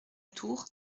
tour